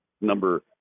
number